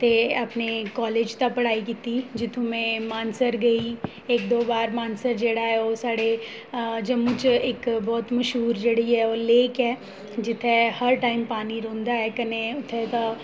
ते अपने कॉलेज दा पढ़ाई कीती जित्थूं में मानसर गेई इक दो बार मानसर जेह्ड़ा ऐ ओह् साढ़े जम्मू च इक बहुत मश्हूर जेह्ड़ी ऐ लेक ऐ जित्थै हर टाईम पानी रौंह्दा ऐ कन्नै उत्थै दा